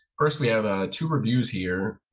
first, we have two reviews here